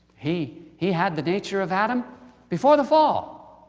he he had the nature of adam before the fall.